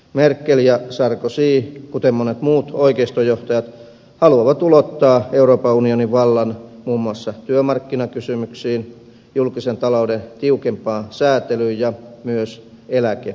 merkel ja sarkozy kuten monet muut oikeistojohtajat haluavat ulottaa euroopan unionin vallan muun muassa työmarkkinakysymyksiin julkisen talouden tiukempaan säätelyyn ja myös eläkeikiin